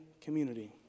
community